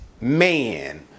man